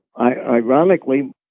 ironically